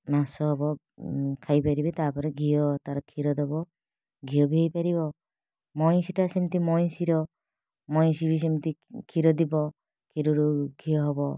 ମାଂସ ହେବ ଖାଇପାରିବେ ତା'ପରେ ଘିଅ ତାର କ୍ଷୀର ଦେବ ଘିଅ ବି ହେଇପାରିବ ମଇଁଷିଟା ସେମିତି ମଇଁଷିର ମଇଁଷି ବି ସେମିତି କ୍ଷୀର ଦେବ କ୍ଷୀରରୁ ଘିଅ ହେବ